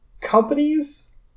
companies